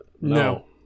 No